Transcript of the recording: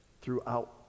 throughout